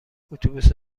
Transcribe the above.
اتوبوس